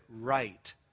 right